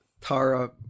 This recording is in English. Tara